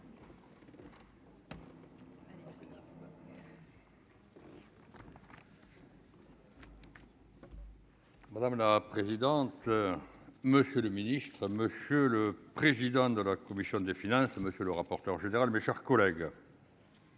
Madame la présidente, monsieur le Ministre ça, monsieur le président de la commission des finances, monsieur le rapporteur général, mes chers collègues.